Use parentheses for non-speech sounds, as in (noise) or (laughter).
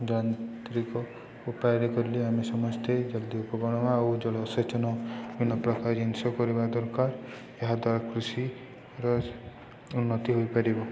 ଯାନ୍ତ୍ରିକ ଉପାୟରେ କଲେ ଆମେ ସମସ୍ତେ ଜଲ୍ଦି (unintelligible) ଆଉ ଜଳସେଚନ ବିଭିନ୍ନପ୍ରକାର ଜିନିଷ କରିବା ଦରକାର ଏହା ଦ୍ୱାରା କୃଷିର ଉନ୍ନତି ହୋଇପାରିବ